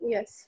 Yes